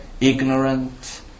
ignorant